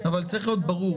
אבל צריך להיות ברור,